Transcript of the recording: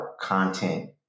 content